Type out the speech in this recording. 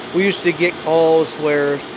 we used to get calls where,